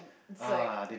it's like